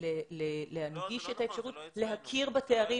ולהנגיש את האפשרות להכיר בתארים.